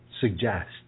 suggest